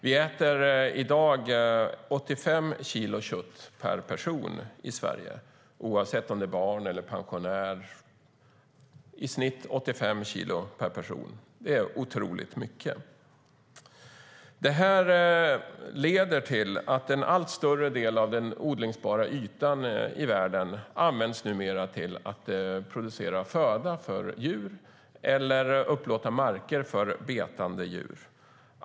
Vi äter i dag i snitt 85 kilo kött per person och år i Sverige, oavsett om det är barn eller pensionär. Det är otroligt mycket. Det leder till att en allt större del av den odlingsbara ytan i världen numera används till att producera föda för djur eller för betande djur.